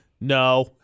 no